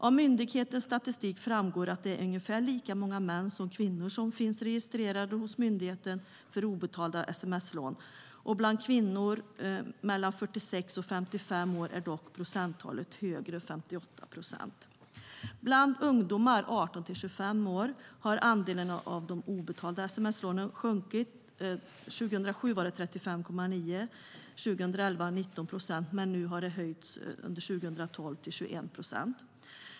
Av myndighetens statistik framgår att det är ungefär lika många män som kvinnor som finns registrerade hos myndigheten för obetalda sms-lån. Bland kvinnor mellan 46 och 55 år är dock procenttalet högre, 58 procent. Bland ungdomar har andelen av de obetalda sms-lånen sjunkit från 35,9 procent 2007 till 19 procent 2011." Under 2012 har det dock höjts till 21 procent, vill jag tillägga.